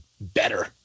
Better